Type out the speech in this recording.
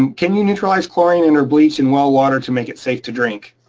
um can you neutralize chlorine in your bleach in well water to make it safe to drink?